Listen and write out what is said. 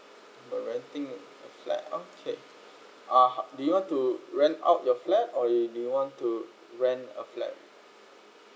by renting a flat okay uh do you want to rent out your flat or you do you want to rent a flat